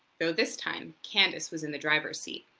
though this time candice was in the driver's seat.